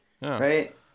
Right